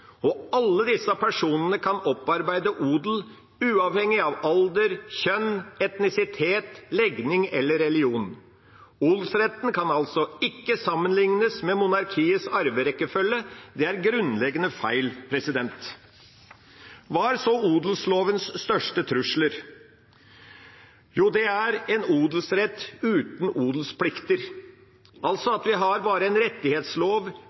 og alle disse personene kan opparbeide odel, uavhengig av alder, kjønn, etnisitet, legning eller religion. Odelsretten kan altså ikke sammenlignes med monarkiets arverekkefølge, det er grunnleggende feil. Hva er så odelslovens største trusler? Jo, det er en odelsrett uten odelsplikter, altså at vi bare har en rettighetslov